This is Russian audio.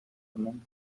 одном